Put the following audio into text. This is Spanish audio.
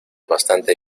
bastante